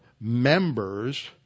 members